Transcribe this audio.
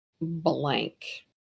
blank